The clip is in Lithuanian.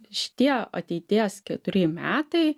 šitie ateities keturi metai